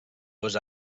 dos